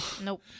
Nope